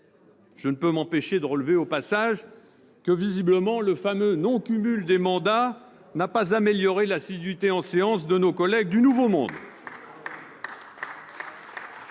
Je ne puis m'empêcher de relever, au passage, que, visiblement, le fameux non-cumul des mandats n'a pas amélioré l'assiduité en séance publique de nos collègues du nouveau monde